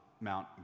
Mount